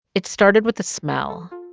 it started with a smell.